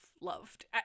loved